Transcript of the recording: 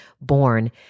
born